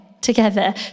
together